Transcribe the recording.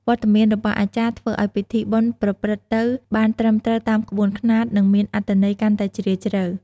វត្តមានរបស់អាចារ្យធ្វើឱ្យពិធីបុណ្យប្រព្រឹត្តទៅបានត្រឹមត្រូវតាមក្បួនខ្នាត និងមានអត្ថន័យកាន់តែជ្រាលជ្រៅ។